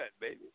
baby